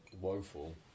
woeful